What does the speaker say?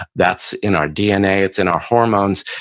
that's in our dna, it's in our hormones.